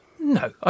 No